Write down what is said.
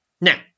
Now